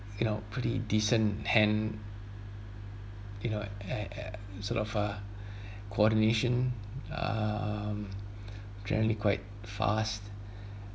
you know pretty decent hand you know a a sort of a coordination um generally quite fast